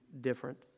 different